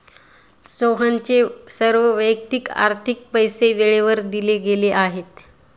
सोहनचे सर्व वैयक्तिक आर्थिक पैसे वेळेवर दिले गेले आहेत